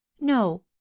no